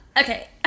Okay